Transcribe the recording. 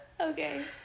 Okay